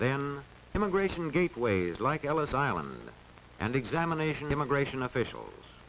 then immigration gateways like ellis island and examination immigration officials